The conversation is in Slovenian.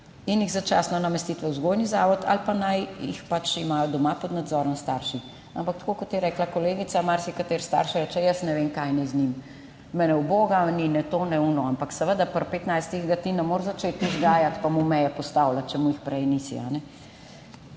in jih začasno namestiti v vzgojni zavod ali pa naj jih pač imajo doma pod nadzorom starši. Ampak tako kot je rekla kolegica, marsikateri starš reče, jaz ne vem, kaj naj z njim, me ne uboga, ni ne tega ne onega. Ampak seveda, pri petnajstih ga ti ne moreš začeti vzgajati pa mu mej postavljati, če mu jih prej nisi.